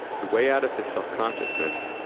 the way out of his self consciousness,